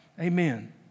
amen